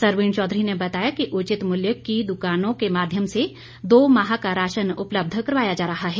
सरवीण चौधरी ने बताया कि उचित मुल्य की द्वकानों के माध्यम से दो माह का राशन उपलब्ध करवाया जा रहा है